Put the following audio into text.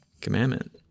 commandment